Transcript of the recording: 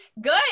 Good